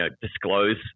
disclose